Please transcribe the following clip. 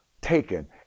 taken